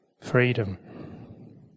Freedom